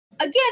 Again